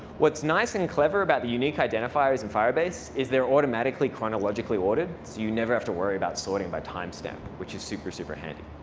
what's nice and clever about the unique identifiers in firebase is they're automatically chronologically ordered, so you never have to worry about sorting by timestamp, which is super, super handy.